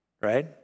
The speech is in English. right